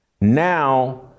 Now